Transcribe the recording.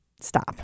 stop